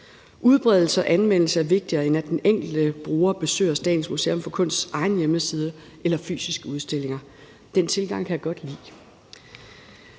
Udbredelse og anvendelse er vigtigere, end at den enkelte bruger besøger Statens Museum for Kunsts egen hjemmeside eller fysiske udstillinger. Den tilgang kan jeg godt lide.